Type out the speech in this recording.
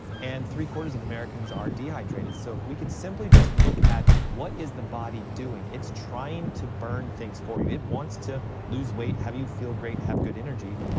and three quarters of americans are dehydrated. so if we could simply just look at what is the body doing, it's trying to burn things for you, it wants to lose weight, have you feel great, have good energy,